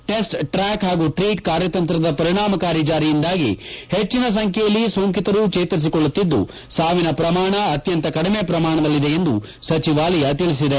test track ಹಾಗೂ treat ಕಾರ್ಯತಂತ್ರದ ಪರಿಣಾಮಕಾರಿ ಜಾರಿಯಿಂದಾಗಿ ಹೆಚ್ಚಿನ ಸಂಬ್ಯೆಯಲ್ಲಿ ಸೋಂಕಿತರು ಚೇತರಿಸಿಕೊಳ್ಳುತ್ತಿದ್ದು ಸಾವಿನ ಪ್ರಮಾಣ ಅತ್ಯಂತ ಕಡಿಮೆ ಪ್ರಮಾಣದಲ್ಲಿದೆ ಎಂದು ಸಚಿವಾಲಯ ತಿಳಿಸಿದೆ